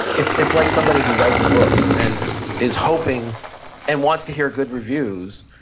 it's it's like somebody who writes a book and is hoping and wants to hear good reviews,